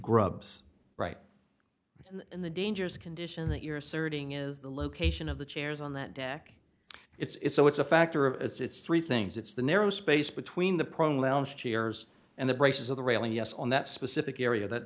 grubb's right and in the dangerous condition that you're asserting is the location of the chairs on that deck it's oh it's a factor it's three things it's the narrow space between the prone lounge chairs and the braces of the railing yes on that specific area that